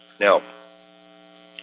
Now